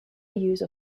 use